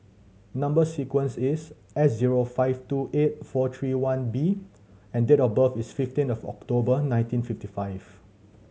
number sequence is S zero five two eight four three one B and date of birth is fifteen of October nineteen fifty five